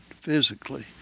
physically